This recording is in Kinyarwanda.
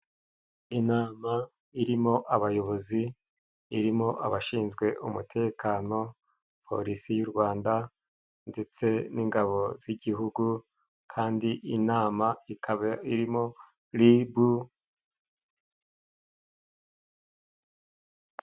Inama irimo abayobozi, irimo abashinzwe umutekano, polisi y'u Rwanda ndetse n'ingabo z'igihugu kandi inama ikaba irimo libu...